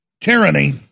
tyranny